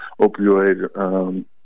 opioid